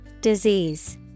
Disease